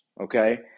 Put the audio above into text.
okay